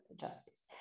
justice